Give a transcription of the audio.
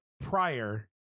prior